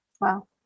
Wow